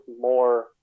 more